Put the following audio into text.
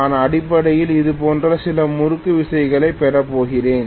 நான் அடிப்படையில் இது போன்ற சில முறுக்கு விசைகளை பெற போகிறேன்